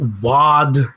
wad